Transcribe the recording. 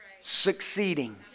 succeeding